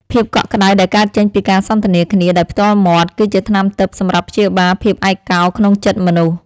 ភាពកក់ក្ដៅដែលកើតចេញពីការសន្ទនាគ្នាដោយផ្ទាល់មាត់ គឺជាថ្នាំទិព្វសម្រាប់ព្យាបាលភាពឯកោក្នុងចិត្តមនុស្ស។